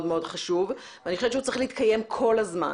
מאוד חשוב ואני חושבת שהוא צריך להתקיים כל הזמן.